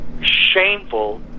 shameful